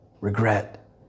Regret